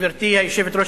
גברתי היושבת-ראש,